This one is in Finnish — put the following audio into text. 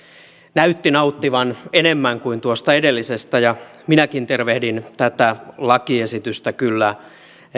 näytti nauttivan enemmän kuin tuosta edellisestä ja minäkin tervehdin tätä lakiesitystä kyllä